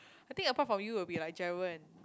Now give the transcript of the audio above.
I think apart from you would be like Jia-Wen